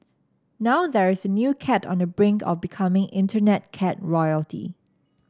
now there is a new cat on the brink of becoming Internet cat royalty